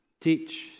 Teach